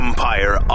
Empire